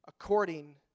according